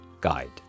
guide